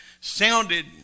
sounded